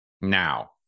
Now